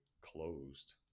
closed